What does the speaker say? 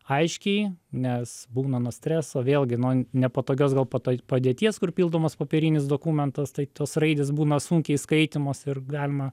aiškiai nes būna nuo streso vėlgi nuo nepatogios gal pata padėties kur pildomas popierinis dokumentas tai tos raidės būna sunkiai skaitomos ir galima